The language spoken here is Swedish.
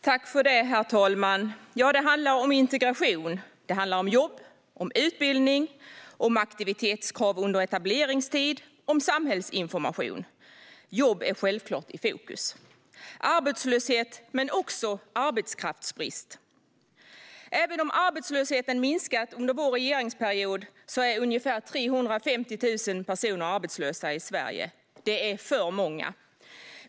Herr talman! Det handlar om integration. Det handlar om jobb, om utbildning, om aktivitetskrav under etableringstiden och om samhällsinformation. Jobb är självklart i fokus - arbetslöshet men också arbetskraftsbrist. Även om arbetslösheten har minskat under vår regeringsperiod är ungefär 350 000 personer arbetslösa i Sverige. Det är för många.